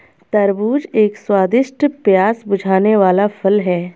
तरबूज एक स्वादिष्ट, प्यास बुझाने वाला फल है